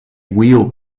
wheel